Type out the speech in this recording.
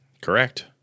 Correct